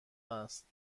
است